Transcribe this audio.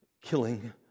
killing